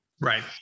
Right